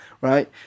right